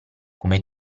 come